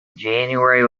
january